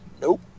nope